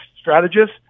strategists